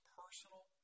personal